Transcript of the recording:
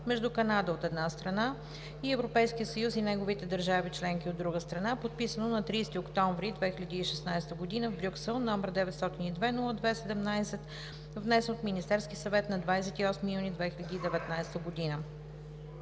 между Канада, от една страна, и Европейския съюз и неговите държави членки, от друга страна, подписано на 30 октомври 2016 г. в Брюксел, № 902-02-17, внесен от Министерския съвет на 28 юни 2019 г.